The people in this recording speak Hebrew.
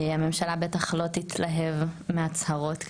הממשלה בטח לא תתלהב מהצהרות כאלו,